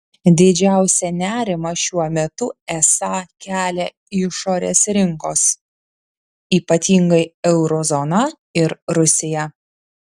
didžiausią nerimą šiuo metu esą kelia išorės rinkos ypatingai euro zona ir rusija